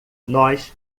nós